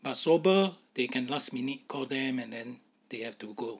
but swabber they can last minute call them and then they have to go